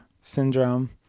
syndrome